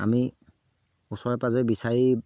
আমি ওচৰে পাজৰে বিচাৰি